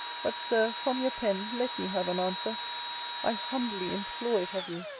but, sir, from your pen let me have an answer i humbly implore it of you.